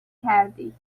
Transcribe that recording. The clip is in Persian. کردی